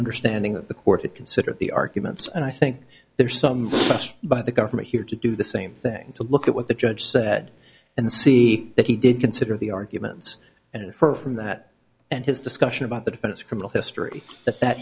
understanding that the court consider the arguments and i think there are some us by the government here to do the same thing to look at what the judge said and see that he did consider the arguments and for from that and his discussion about the defense criminal history that that